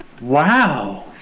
Wow